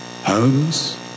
homes